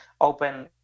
open